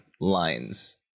lines